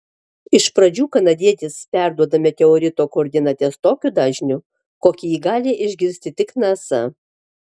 iš pradžių kanadietis perduoda meteorito koordinates tokiu dažniu kokiu jį gali išgirsti tik nasa